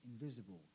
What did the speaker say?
Invisible